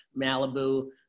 Malibu